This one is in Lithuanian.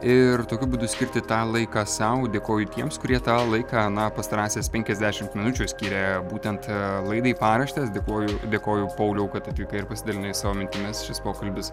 ir tokiu būdu skirti tą laiką sau dėkoju tiems kurie tą laiką na pastarąsias penkiasdešimt minučių skyrė būtent laidai paraštės dėkoju dėkoju pauliau kad atvykai ir pasidalinai savo mintimis šis pokalbis